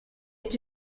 est